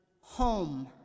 home